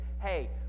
hey